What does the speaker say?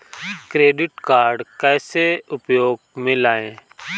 Credit card कैसे उपयोग में लाएँ?